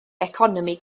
economi